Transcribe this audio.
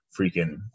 freaking